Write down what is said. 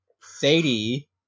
Sadie